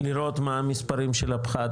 לראות מה המספרים של הפחת